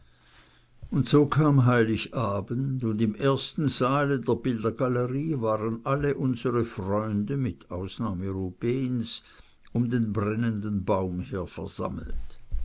und so kam heiligabend und im ersten saale der bildergalerie waren all unsre freunde mit ausnahme rubehns um den brennenden baum her versammelt